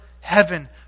heaven